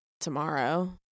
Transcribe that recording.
tomorrow